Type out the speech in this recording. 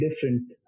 different